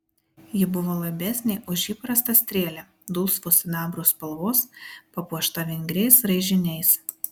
ji buvo laibesnė už įprastą strėlę dulsvos sidabro spalvos papuošta vingriais raižiniais